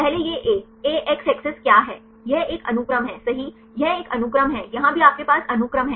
पहले यह a a x axis क्या है यह एक अनुक्रम हैसही यह एक अनुक्रम है यहां भी आपके पास अनुक्रम है